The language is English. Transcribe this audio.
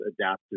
adaptive